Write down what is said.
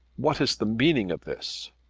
what is the meaning of this?